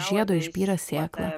iš žiedo išbyra sėkla